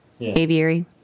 Aviary